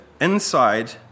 inside